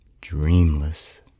Dreamless